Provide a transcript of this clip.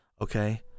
okay